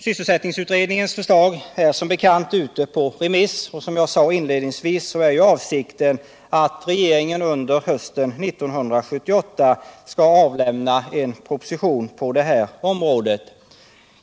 Sysselsättningsutredningens förslag är som bekant ute på remiss, och som jag sade inledningsvis är avsikten att regeringen under 1978 skall avlämna en proposition på det här området.